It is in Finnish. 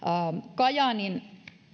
kajaanin